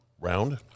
Round